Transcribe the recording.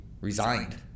resigned